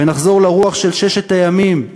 ונחזור לרוח של ששת הימים,